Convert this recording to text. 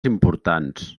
importants